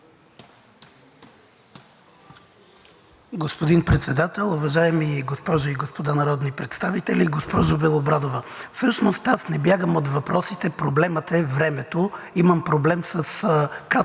Господин Председател, уважаеми госпожи и господа народни представители! Госпожо Белобрадова, всъщност аз не бягам от въпросите. Проблемът е времето. Имам проблем с краткия